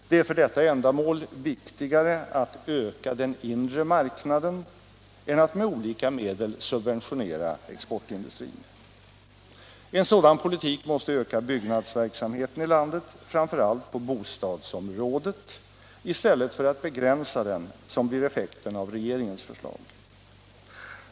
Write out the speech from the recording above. Det är för detta ändamål viktigare att öka den inre marknaden än att med olika medel subventionera exportindustrin. En sådan politik måste öka byggnadsverksamheten i landet, framför allt på bostadsområdet, i stället för att begränsa den, vilket blir effekten av regeringens förslag.